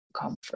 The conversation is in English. comfort